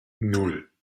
nan